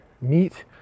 meet